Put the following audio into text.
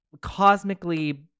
cosmically